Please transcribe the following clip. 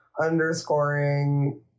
underscoring